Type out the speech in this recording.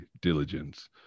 diligence